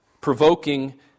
provoking